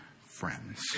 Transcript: friends